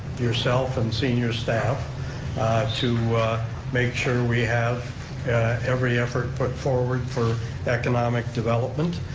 yourself and senior staff to make sure we have every effort put forward for economic development,